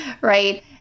right